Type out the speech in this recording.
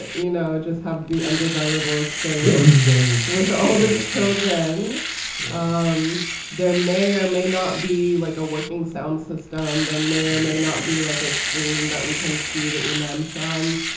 ah you know, just have the undesirables stay on design with all the children um there may or may not be like a working sound system that may or may not be like a scream that we can see the emem from.